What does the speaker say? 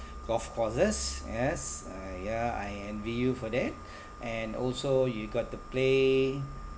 golf courses yes uh ya I envy you for that and also you got to play